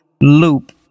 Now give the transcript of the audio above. loop